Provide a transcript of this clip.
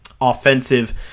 offensive